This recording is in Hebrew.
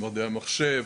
מדעי המחשב,